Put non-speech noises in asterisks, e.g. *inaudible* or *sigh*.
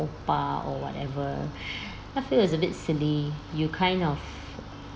oppa or whatever *breath* I feel it's a bit silly you kind of